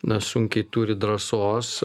na sunkiai turi drąsos